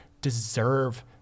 deserve